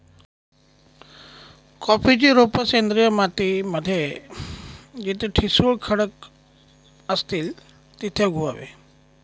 कॉफीची रोप सेंद्रिय माती मध्ये जिथे ठिसूळ खडक असतील तिथे उगवावे